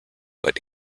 but